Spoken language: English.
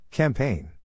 Campaign